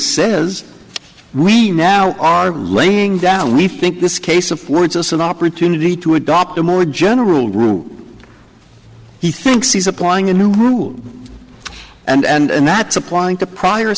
says we now are laying down we think this case of words as an opportunity to adopt a more general rule he thinks he's applying a new rule and that's applying to prior